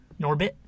Norbit